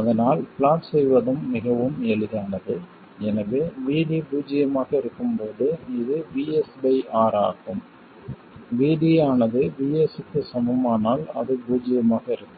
அதனால் பிளாட் செய்வதும் மிகவும் எளிதானது எனவே VD பூஜ்ஜியமாக இருக்கும்போது இது VS பை R ஆகும் VD ஆனது VS க்கு சமமானால் அது பூஜ்ஜியமாக இருக்கும்